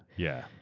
yeah.